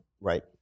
Right